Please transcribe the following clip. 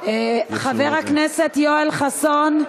חבר הכנסת יואל חסון.